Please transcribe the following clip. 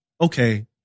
Okay